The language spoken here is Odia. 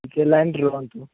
ଟିକେ ଲାଇନ୍ରେ ରୁହନ୍ତୁ